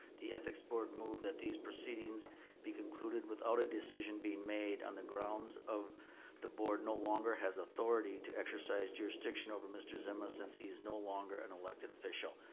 the ethics board moved that these proceedings be concluded without a decision being made on the grounds of the board no longer has authority to exercise jurisdiction over mr. zima since he's no longer an elected official.